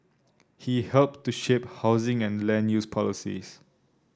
he helped to shape housing and land use policies